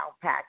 pack